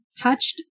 touched